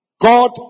God